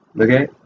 okay